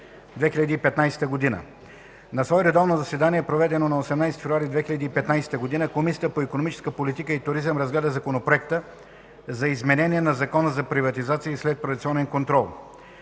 2015 г. На свое редовно заседание, проведено на 18 февруари 2015 г., Комисията по икономическа политика и туризъм разгледа Законопроекта за изменение на Закона за приватизация и следприватизационен контрол.